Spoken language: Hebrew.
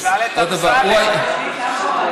מבחינת המשפט העברי זה כבר מתחיל להיות צער בעלי חיים,